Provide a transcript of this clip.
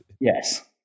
Yes